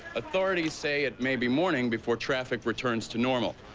authorities say it may be morning before traffic returns to normal.